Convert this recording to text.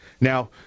Now